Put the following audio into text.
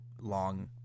long